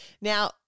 Now